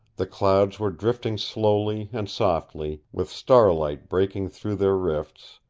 the clouds were drifting slowly and softly, with starlight breaking through their rifts,